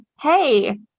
hey